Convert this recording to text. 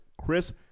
Chris